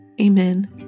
Amen